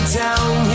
down